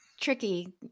tricky